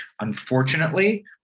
Unfortunately